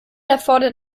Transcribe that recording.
erfordert